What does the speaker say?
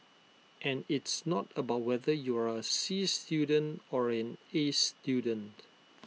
and it's not about whether you are A C student or an A student